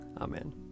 Amen